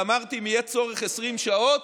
ואמרתי: אם יהיה צורך, 20 שעות,